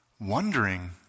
wondering